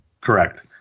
Correct